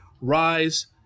rise